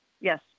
Yes